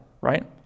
right